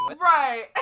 Right